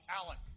talent